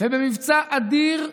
במבצע אדיר,